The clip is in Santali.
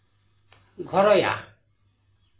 ᱜᱚᱭᱨᱟ